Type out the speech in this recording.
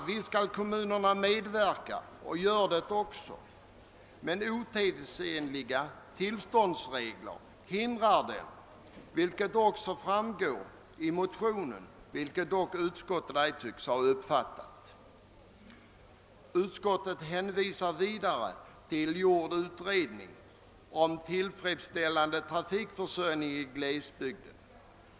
Visst skall kommunerna medverka och gör det också, men otidsenliga tillståndsregler hindrar dem, såsom också framgår av motionen, vilket dock utskottet ej tycks ha uppfattat. Utskottet hänvisar vidare till gjord utredning om tillfredsställande trafikförsörjning i glesbygden.